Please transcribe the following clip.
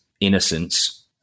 innocence